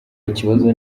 ikibazo